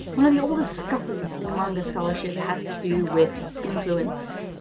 one of the oldest scuffles in manga scholarship has to do with influence.